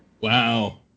Wow